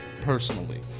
personally